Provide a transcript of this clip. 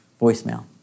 voicemail